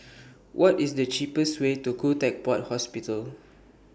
What IS The cheapest Way to Khoo Teck Puat Hospital